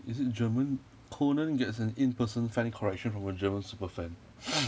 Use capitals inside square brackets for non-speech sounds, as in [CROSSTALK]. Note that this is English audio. is it german conan gets an in person fan correction from a german super fan [NOISE]